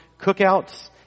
cookouts